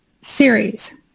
series